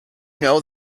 know